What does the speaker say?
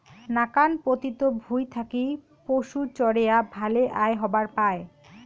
নাকান পতিত ভুঁই থাকি পশুচরেয়া ভালে আয় হবার পায়